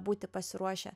būti pasiruošę